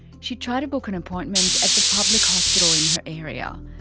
she'd tried to book an appointment at the public hospital in her area.